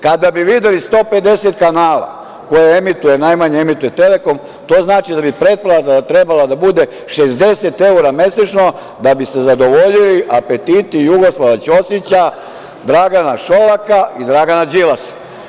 Kada bi videli 150 kanala, koje najmanje emituje „Telekom“, to znači da bi pretplata trebala da bude 60 evra mesečno da bi se zadovoljili apetiti Jugoslava Ćosića, Dragana Šolaka i Dragana Đilasa.